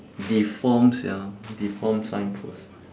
deformed sia deformed signpost